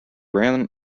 ran